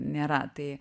nėra tai